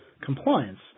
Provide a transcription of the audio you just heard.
compliance